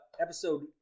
episode